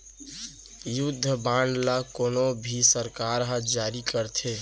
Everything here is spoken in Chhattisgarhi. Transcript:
युद्ध बांड ल कोनो भी सरकार ह जारी करथे